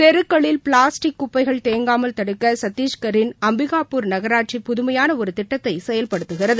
தெருக்களில் பிளாஸ்டிக் குப்பைகள் தேங்காமல் தடுக்க கத்திஷ்கரின் அம்பிகாபூர் நகராட்சி புதுமையான ஒரு திட்டத்தை செயல்படுத்துகிறது